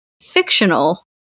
fictional